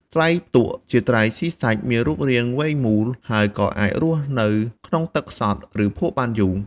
ត្រីផ្ទក់ ជាត្រីស៊ីសាច់ មានរូបរាងវែងមូល ហើយក៏អាចរស់នៅក្នុងទឹកខ្សត់ ឬភក់បានយូរ។